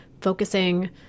focusing